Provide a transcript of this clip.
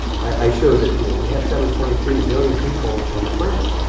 i showed that we yeah we have seven point three billion people on the planet.